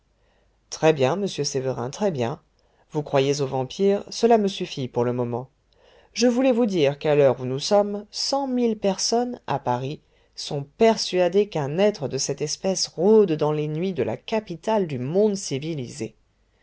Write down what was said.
très-bien monsieur sévérin très-bien vous croyez au vampires cela me suffit pour le moment je voulais vous dire qu'à l'heure où nous sommes cent mille personnes à paris sont persuadés qu'un être de cette espèce rôde dans les nuits de la capitale du monde civilisé